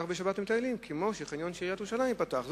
בשבת למטיילים כמו שהחניון של עיריית ירושלים ייפתח.